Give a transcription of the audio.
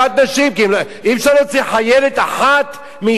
כי אי-אפשר להוציא חיילת אחת מיחידה,